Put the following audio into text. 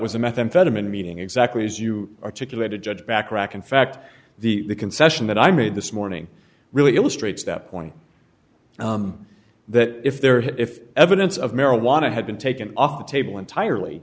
was a methamphetamine meeting exactly as you articulated judge bacharach in fact the concession that i made this morning really illustrates that point that if there had if evidence of marijuana had been taken off the table entirely